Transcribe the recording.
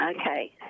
Okay